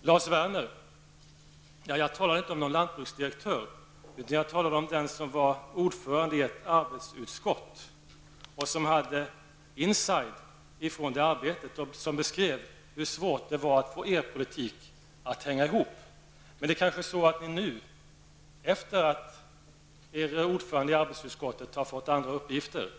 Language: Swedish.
Till Lars Werner: Jag talade inte om någon lantbruksdirektör, utan jag talade om den som var ordförande i ert arbetsutskott och som utifrån det arbetet beskrev hur svårt det var att få er politik att hänga ihop. Men när nu ordföranden i ert arbetsutskott har fått andra uppgifter